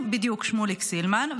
בדיוק, שמוליק סילמן.